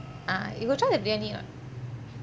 ah you got try the briyani or not